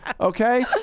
Okay